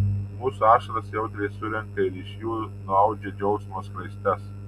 mūsų ašaras jautriai surenka ir iš jų nuaudžia džiaugsmo skraistes